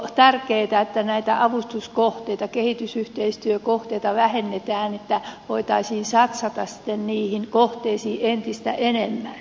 olisiko tärkeätä että näitä avustuskohteita kehitysyhteistyökohteita vähennettäisiin niin että voitaisiin satsata sitten niihin kohteisiin entistä enemmän